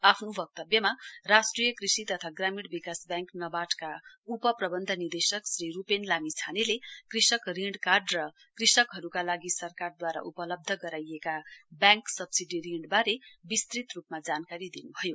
आफ्नो वक्तव्यमा राष्ट्रिय कृषि तथा ग्रामीण विकास ब्याडिक नावार्ड का उपप्रवन्ध निदेशक श्री रूपेन लामिछानेले कृषक ऋण काई र कृषकहरूका लागि सरकारद्वारा उपलब्ध गराइएका ब्याङ्क सब्सिडी ऋणबारे विस्तृत रूपमा जानकारी दिन्भयो